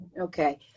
okay